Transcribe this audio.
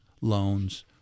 loans